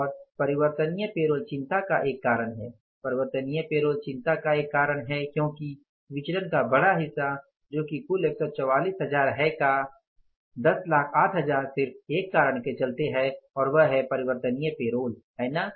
और परिवर्तनीय पेरोल चिंता का एक कारण है परिवर्तनीय पेरोल चिंता का एक कारण है क्योंकि विचलन का बड़ा हिस्सा जो कि कुल 144 हजार है का 108000 सिर्फ एक कारण के चलते है और वह है परिवर्तनीय पेरोल है ना